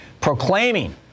proclaiming